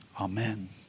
Amen